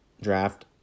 Draft